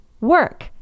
work